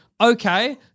Okay